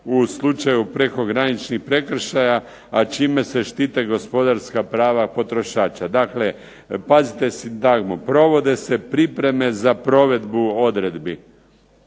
u slučaju prekograničnih prekršaja, a čime se štite gospodarska prava potrošača. Dakle, pazite sintagmu. Provode se pripreme za provedbu odredbi